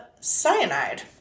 cyanide